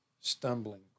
stumbling